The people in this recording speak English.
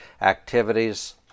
activities